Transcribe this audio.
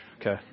Okay